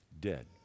dead